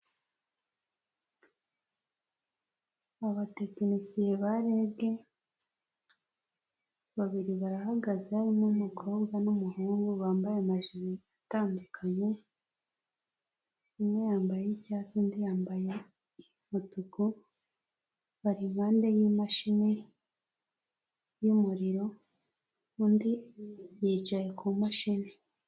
Abatekinisiye ba REG babiri barahagaze harimo umukobwa n'umuhungu bambaye amajiri atandukanye, umwe yambaye iy'icyatsi, undi yambaye iy'umutuku, bari impande y'imashini y'umuriro undi yicaye ku mashini.